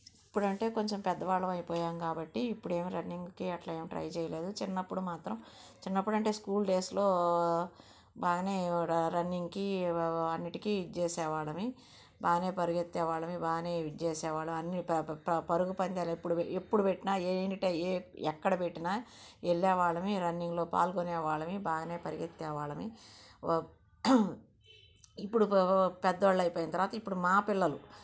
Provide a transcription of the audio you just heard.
ఇప్పుడంటే కొంచెం పెద్దవాళ్ళము అయిపోయాము కాబట్టి ఇప్పుడు ఏమి రన్నింగ్కి అలా ట్రై చేయలేదు చిన్నప్పుడు మాత్రం చిన్నప్పుడు అంటే స్కూల్ డేస్లో బాగానే రన్నింగ్కి అన్నింటికీ ఇది చేసేవాళ్ళము బాగానే పరిగెత్తే వాళ్ళము బాగానే ఇది చేసేవాళ్ళము అన్ని పరుగు పందాలు ఎప్పుడు ఎప్పుడు పెట్టినా ఏ ఇంట ఎక్కడ పెట్టినా వెళ్ళే వాళ్ళము రన్నింగ్లో పాల్గొనే వాళ్ళము బాగానే పరిగెత్తే వాళ్ళము ఇప్పుడు పెద్దవాళ్ళు అయిపోయిన తర్వాత ఇప్పుడు మా పిల్లలు